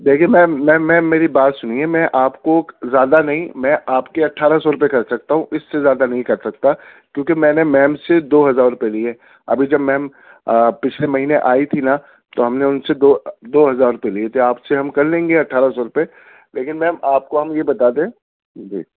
دیکھیے ma'am ma'am ma'am میری بات سُنیے میں آپ کو زیادہ نہیں میں آپ کے اٹھارہ سو روپیے کر سکتا ہوں اِس سے زیادہ نہیں کر سکتا کیونکہ میں نے میم سے دو ہزار روپیے لیے ابھی جب میم پچھلے مہینے آئی تھی نا تو ہم نے اُن سے دو دو ہزار روپیے لیے تھے آپ سے ہم کر لیں گے اٹھارہ سو روپئے لیکن میم آپ کو ہم یہ بتا دیں جی